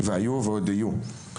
והיו ועוד יהיו.